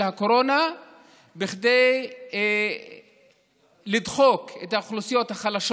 הקורונה כדי לדחוק את האוכלוסיות החלשות